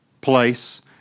place